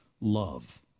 love